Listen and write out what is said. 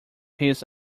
this